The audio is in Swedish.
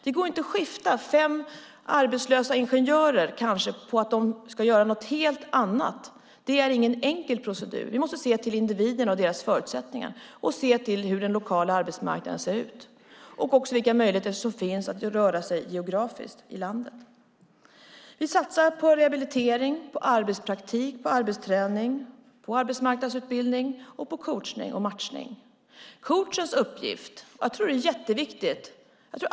Det går inte att skifta fem arbetslösa ingenjörer till att göra något helt annat. Det är ingen enkel procedur. Vi måste se till individens förutsättningar, hur den lokala arbetsmarknaden ser ut och vilka möjligheter som finns att röra sig geografiskt i landet. Vi satsar på rehabilitering, arbetspraktik, arbetsträning, arbetsmarknadsutbildning, coachning och matchning. Coachens uppgift är viktig.